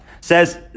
says